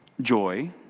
joy